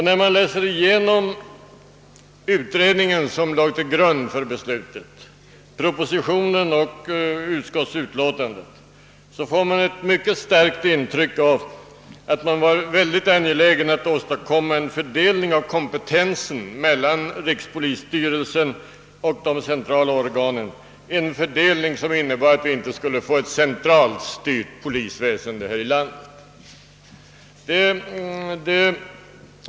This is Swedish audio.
När man läser igenom utredningsbetänkandet som låg till grund för beslutet och när man studerar propositionen och utskottsutlåtandet får man ett starkt intryck av att det ansågs mycket angeläget att åstadkomma en sådan fördelning av kompetensen mellan rikspolisstyrelsen och de centrala organen, att vi inte skulle få ett centralt styrt polisväsende här i landet.